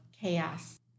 chaos